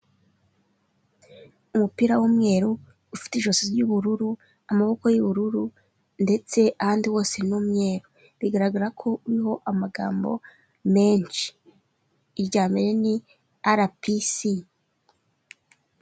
Umupira w'umweru, ufite ijosi ry'ubururu, amaboko y'ubururu ndetse ahandi hose n'umweru, bigaragara ko uriho amagambo menshi irya mbere ni arapisi.